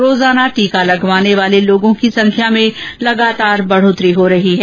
रोजाना टीका लगवाने वाले लोगों की संख्या में ॅलगातार वृद्धि हो रही है